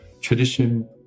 tradition